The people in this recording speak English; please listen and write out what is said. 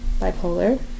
bipolar